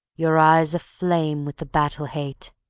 your eyes aflame with the battle-hate.